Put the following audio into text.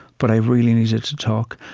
but i really needed to talk.